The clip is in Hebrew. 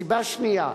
2. סיבה שנייה,